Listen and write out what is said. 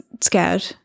scared